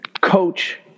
coach